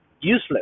useless